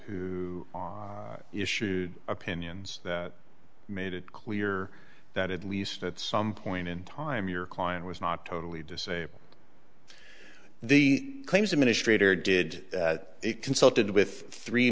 who issued opinions that made it clear that at least at some point in time your client was not totally disabled the claims administrator did it consulted with three